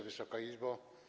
Wysoka Izbo!